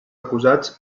acusats